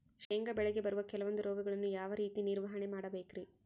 ಶೇಂಗಾ ಬೆಳೆಗೆ ಬರುವ ಕೆಲವೊಂದು ರೋಗಗಳನ್ನು ಯಾವ ರೇತಿ ನಿರ್ವಹಣೆ ಮಾಡಬೇಕ್ರಿ?